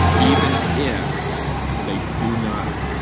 even if they do not.